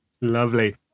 Lovely